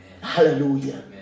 Hallelujah